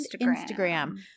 Instagram